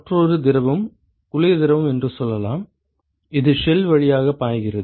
மற்றொரு திரவம் குளிர் திரவம் என்று சொல்லலாம் இது ஷெல் வழியாக பாய்கிறது